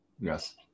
Yes